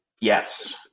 Yes